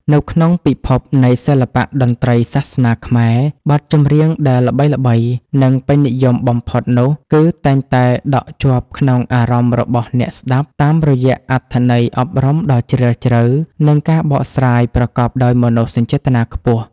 នៅក្នុងពិភពនៃសិល្បៈតន្ត្រីសាសនាខ្មែរ បទចម្រៀងដែលល្បីៗ និងពេញនិយមបំផុតនោះ គឺតែងតែដក់ជាប់ក្នុងអារម្មណ៍របស់អ្នកស្ដាប់តាមរយៈអត្ថន័យអប់រំដ៏ជ្រាលជ្រៅ និងការបកស្រាយប្រកបដោយមនោសញ្ចេតនាខ្ពស់។